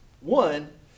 One